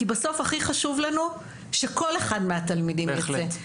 כי בסוף הכי חשוב לנו שכל אחד מהתלמידים ייצא,